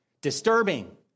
disturbing